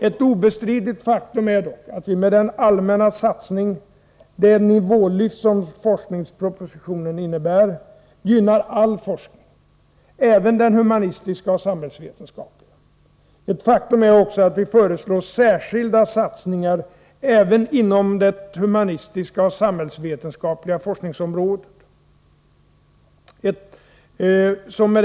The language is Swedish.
Ett obestridligt faktum är dock att vi med den allmänna satsning, det nivålyft, som forskningspropositionen innebär gynnar all forskning — även den humanistiska och samhällsvetenskapliga. Ett faktum är också att vi föreslår särskilda satsningar även inom det humanistiska och samhällsvetenskapliga forskningsfältet.